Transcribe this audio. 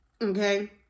okay